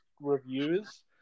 reviews